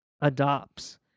adopts